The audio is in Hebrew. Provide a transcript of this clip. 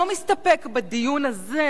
לא מסתפק בדיון הזה,